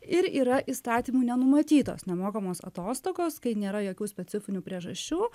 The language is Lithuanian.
ir yra įstatymu nenumatytos nemokamos atostogos kai nėra jokių specifinių priežasčių